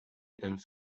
and